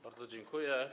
Bardzo dziękuję.